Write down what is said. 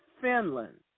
Finland